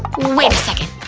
wait a second.